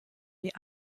die